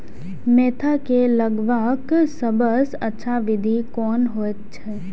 Mentha के लगवाक सबसँ अच्छा विधि कोन होयत अछि?